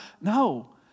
No